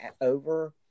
over